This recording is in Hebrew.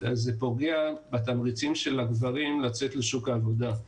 זה פוגע בתמריצים של הגברים לצאת לשוק העבודה.